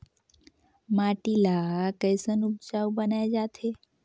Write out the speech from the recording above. माटी ला कैसन उपजाऊ बनाय जाथे?